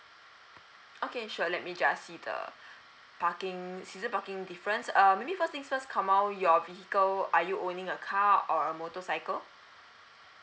okay sure let me just see the parking season parking difference err maybe first things first komil your vehicle are you owning a car or a motorcycle